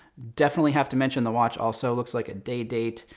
definitely have to mention the watch also. looks like a day-date.